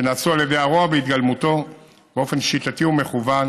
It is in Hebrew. שנעשו על ידי הרוע בהתגלמותו באופן שיטתי ומכוון,